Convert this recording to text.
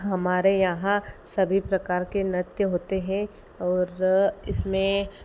हमारे यहाँ सभी प्रकार के नृत्य होते हैं और इसमें